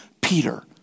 Peter